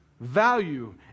value